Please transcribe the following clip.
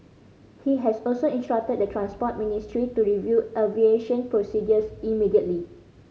he has also instructed the Transport Ministry to review aviation procedures immediately